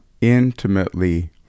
intimately